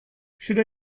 should